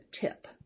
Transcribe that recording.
tip